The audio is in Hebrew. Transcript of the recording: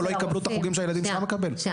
לא יקבלו את החוגים שהילדים שלך מקבלים?